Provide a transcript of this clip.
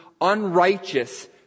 unrighteous